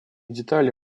детали